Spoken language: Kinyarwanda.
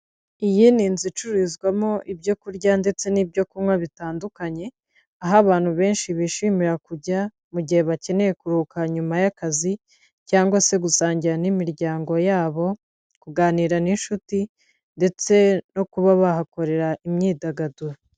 Iyi ni inzu icururizwamo ibyo kurya ndetse n'ibyo kunywa bitandukanye, aho abantu benshi bishimira kujya, mu gihe bakeneye kuruhuka nyuma y'akazi cyangwa se gusangira n'imiryango yabo, kuganira n'inshuti ndetse no kuba bahakorera imyidagaduro.